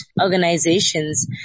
organizations